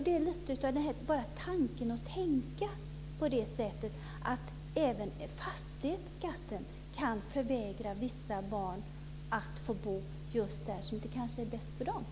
Det handlar lite om att tänka på det sättet att även fastighetsskatten kan förvägra vissa barn att få bo där det kanske är bäst för dem.